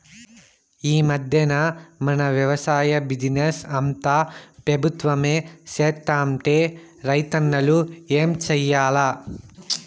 ఈ మధ్దెన మన వెవసాయ బిజినెస్ అంతా పెబుత్వమే సేత్తంటే రైతన్నలు ఏం చేయాల్ల